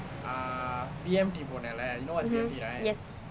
mmhmm yes